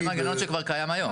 זה מנגנון שכבר קיים היום, כן?